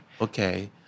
Okay